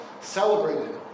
celebrated